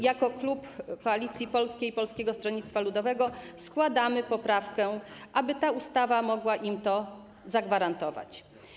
Jako klub Koalicji Polskiej - Polskiego Stronnictwa Ludowego składamy poprawkę, aby ta ustawa mogła im to zagwarantować.